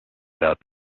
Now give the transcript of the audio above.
about